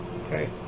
Okay